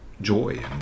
joy